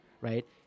right